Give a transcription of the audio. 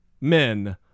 men